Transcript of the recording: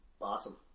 Awesome